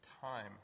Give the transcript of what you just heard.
time